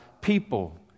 people